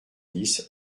dix